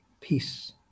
peace